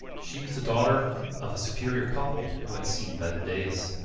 she was the daughter of a superior couple who had seen better days.